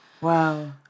Wow